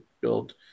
build